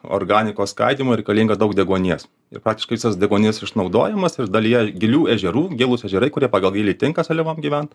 organikos skaidymui reikalinga daug deguonies ir praktiškai visas deguonis išnaudojamas ir dalyje gilių ežerų gilūs ežerai kurie pagal gylį tinka seliavom gyvent